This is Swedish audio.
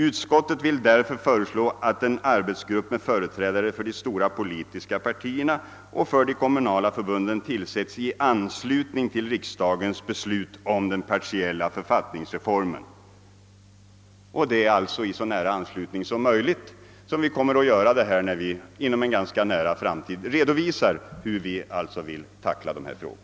Utskottet vill därför föreslå att en arbetsgrupp med företrädare för de stora politiska partierna och för de kommunala förbunden tillsätts i anslutning till riksdagens beslut om den partiella författningsreformen ER Det är alltså i så nära anslutning härtill som möjligt som vi kommer att tillsätta denna grupp när vi inom en ganska nära framtid redovisar hur vi vill tackla dessa frågor.